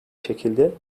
şekilde